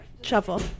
Shuffle